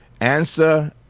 Answer